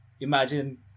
imagine